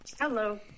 Hello